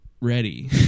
ready